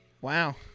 Wow